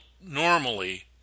normally